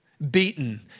beaten